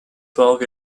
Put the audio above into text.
twelve